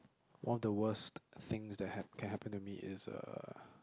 one of the worst things that have can happen to me is uh